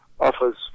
offers